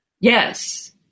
Yes